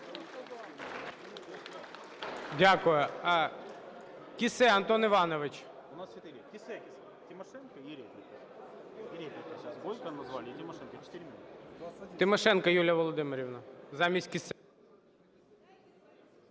Дякую. Кіссе Антон Іванович. Тимошенко Юлія Володимирівна